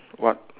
what